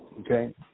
Okay